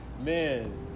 man